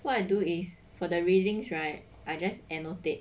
what I do is for the readings right I just annotate